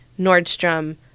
Nordstrom